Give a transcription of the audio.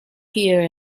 here